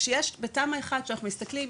בתמ"א1 כשאנחנו מסתכלים,